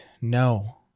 no